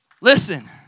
Listen